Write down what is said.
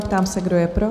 Ptám se, kdo je pro?